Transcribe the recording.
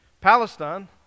Palestine